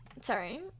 Sorry